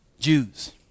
Jews